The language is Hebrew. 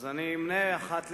אז אני אמנה אחת לאחת.